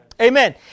Amen